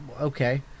okay